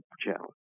challenge